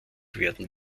werden